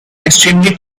extremely